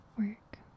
work